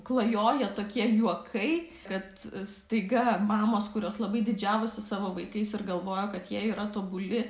klajoja tokie juokai kad staiga mamos kurios labai didžiavosi savo vaikais ir galvojo kad jie yra tobuli